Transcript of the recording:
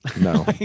no